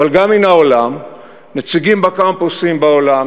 אבל גם מן העולם: נציגים בקמפוסים בעולם,